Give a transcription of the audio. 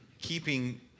Keeping